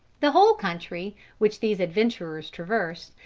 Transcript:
the whole country which these adventurers traversed,